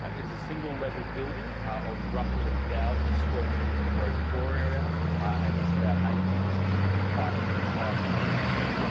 ah it is a single-level building of roughly one thousand square metres in gross floor area and it's about eight metres in height and its highest point, mr chairman.